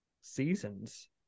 seasons